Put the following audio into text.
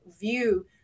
view